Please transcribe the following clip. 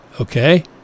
Okay